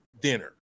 dinner